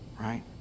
right